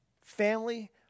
family